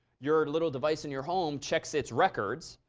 your little device in your home checks its records.